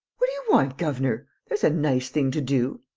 what do you want, governor? there's a nice thing to do!